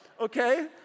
okay